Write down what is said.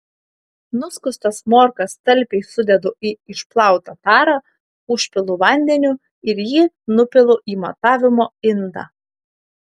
nuskustas morkas talpiai sudedu į išplautą tarą užpilu vandeniu ir jį nupilu į matavimo indą